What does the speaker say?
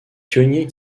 pionniers